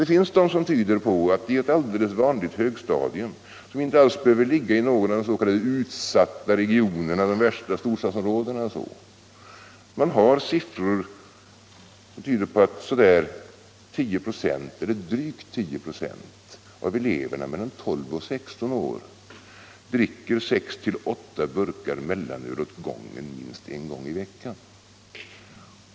Det finns siffror som tyder på att i ett alldeles vanligt högstadium, som inte alls behöver ligga i någon av de s.k. utsatta regionerna, de värsta storstadsområdena, drygt 10 96 av eleverna mellan 12 och 16 år dricker 6-8 burkar öl åt gången minst en gång i veckan.